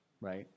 right